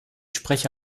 spreche